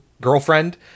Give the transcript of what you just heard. girlfriend